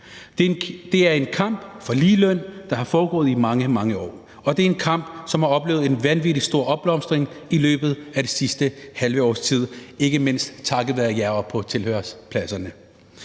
Det er en kamp for ligeløn, der er foregået i mange, mange år, og det er en kamp, som har oplevet en vanvittig stor opblomstring i løbet af det sidste halve års tid, ikke mindst takket være jer oppe på tilhørerpladserne.